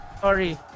Sorry